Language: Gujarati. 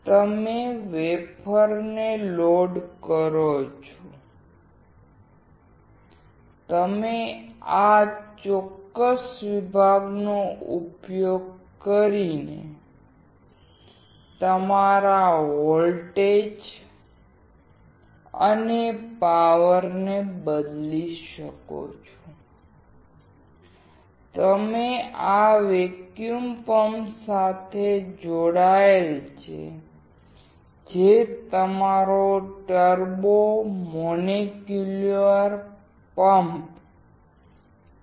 તમે વેફર લોડ કરો છો અને તમે આ ચોક્કસ વિભાગનો ઉપયોગ કરીને તમારા વોલ્ટેજ અને પાવરને બદલી શકો છો અને આ વેક્યુમ પંપ સાથે જોડાયેલ છે જે તમારો ટર્બો મોલેક્યુલર પંપ છે